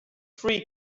free